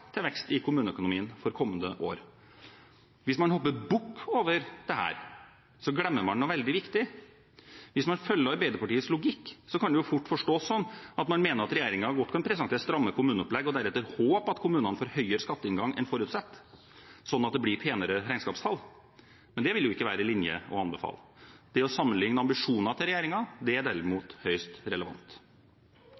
til vekst i kommuneøkonomien for kommende år. Hvis man hopper bukk over dette, glemmer man noe veldig viktig. Hvis man følger Arbeiderpartiets logikk, kan det fort forstås sånn at man mener at regjeringen godt kan presentere stramme kommuneopplegg og deretter håpe at kommunene får høyere skatteinngang enn forutsett, slik at regnskapstallene blir penere. Men det vil ikke være en linje å anbefale. Det å sammenligne ambisjonene til regjeringer, er derimot høyst relevant. Den foreslåtte inntektsveksten legger altså til rette for en styrking av det